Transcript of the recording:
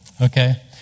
okay